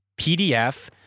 PDF